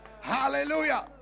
Hallelujah